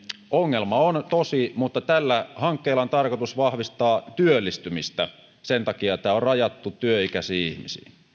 ongelma on tosi mutta tällä hankkeella on tarkoitus vahvistaa työllistymistä ja sen takia tämä on rajattu työikäisiin